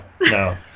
No